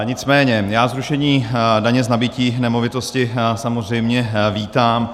Nicméně já zrušení daně z nabytí nemovitosti samozřejmě vítám.